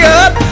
up